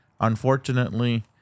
Unfortunately